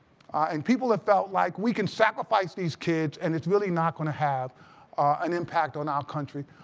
and people have felt like we can sacrifice these kids and it's really not going to have an impact on our country.